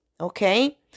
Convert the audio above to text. Okay